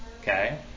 okay